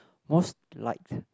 most liked